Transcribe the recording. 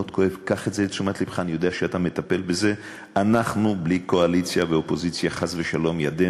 אנחנו עוברים לנושא הבא: הודעה ליושב-ראש ועדת הכנסת.